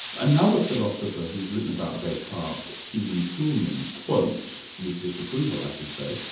another philosopher who's written about descartes, stephen toulmin quotes, with disapproval i should say,